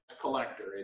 collector